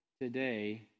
today